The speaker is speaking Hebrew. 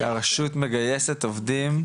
שהרשות מגייסת עובדים?